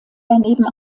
daneben